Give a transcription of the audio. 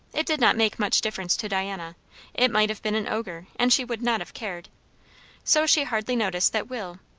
it did not make much difference to diana it might have been an ogre, and she would not have cared so she hardly noticed that will,